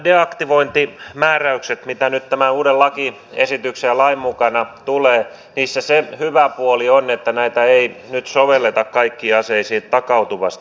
näissä deaktivointimääräyksissä mitä nyt tämän uuden lakiesityksen ja lain mukana tulee on se hyvä puoli että näitä ei nyt sovelleta kaikkiin aseisiin takautuvasti